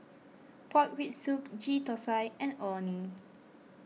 Pork Rib Soup Ghee Thosai and Orh Nee